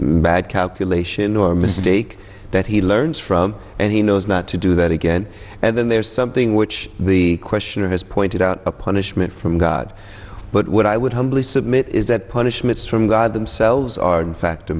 mad calculation or mistake that he learns from and he knows not to do that again and then there is something which the questioner has pointed out a punishment from god but what i would humbly submit is that punishments from god themselves are in fact